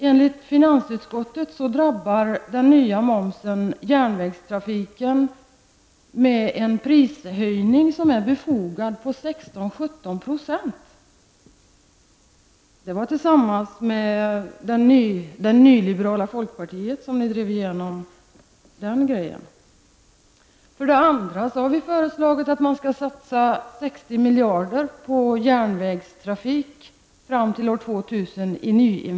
Enligt finansutskottet drabbar den nya momsen järnvägstrafiken med en befogad höjning på 16--17 %. Det var tillsammans med det nyliberala folkpartiet som detta drevs igenom. För det andra har vi ju föreslagit att man i nyinvesteringar skall satsa 60 miljarder kronor på järnvägstrafik fram till år 2000.